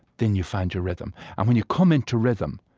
then you find your rhythm. and when you come into rhythm,